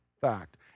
fact